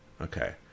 Okay